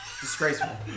Disgraceful